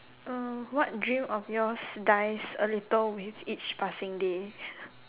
uh what dream of yours dies a little with each passing day